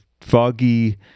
foggy